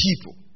people